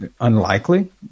unlikely